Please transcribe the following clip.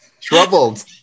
Troubled